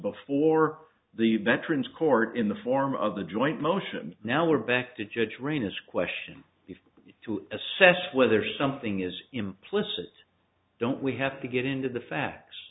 before the veterans court in the form of the joint motion now we're back to judge rayna's question to assess whether something is implicit don't we have to get into the facts